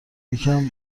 یکم